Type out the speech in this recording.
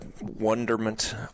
wonderment